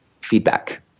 feedback